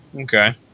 Okay